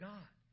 God